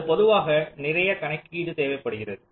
அது பொதுவாக நிறைய கணக்கீடு தேவைப்படுகிறது